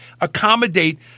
accommodate